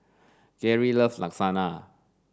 Gary loves Lasagna